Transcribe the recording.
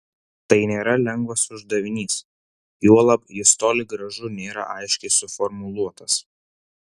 tai nėra lengvas uždavinys juolab jis toli gražu nėra aiškiai suformuluotas